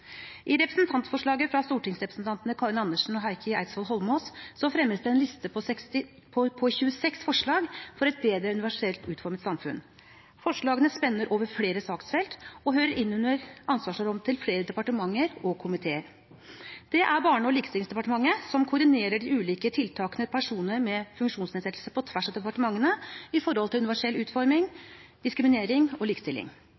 I representantforslaget fra stortingsrepresentantene Karin Andersen og Heikki Eidsvoll Holmås fremmes det en liste på 26 forslag for et bedre universelt utformet samfunn. Forslagene spenner over flere saksfelt og hører inn under ansvarsområdet til flere departementer og komiteer. Det er Barne- og likestillingsdepartementet som koordinerer de ulike tiltakene for personer med funksjonsnedsettelse på tvers av departementene når det gjelder universell utforming, diskriminering og likestilling, og alle forslagene i